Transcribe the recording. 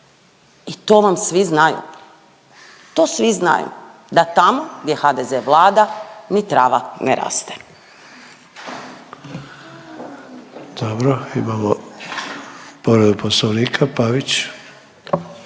i to vam svi znaju, to svi znaju da tamo gdje HDZ vlada ni trava ne raste. **Sanader, Ante (HDZ)** Dobro, imamo povredu Poslovnika, Pavić.